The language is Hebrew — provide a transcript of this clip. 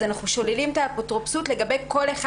אנחנו שוללים את האפוטרופסות לגבי כל אחד